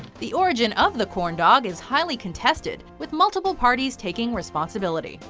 the origin of the corn dog is highly contested, with multiple parties taking responsibility,